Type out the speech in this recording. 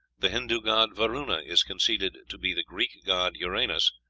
the hindoo god varuna is conceded to be the greek god uranos,